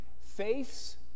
Faith's